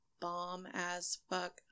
bomb-as-fuck